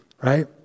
right